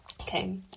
Okay